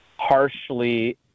harshly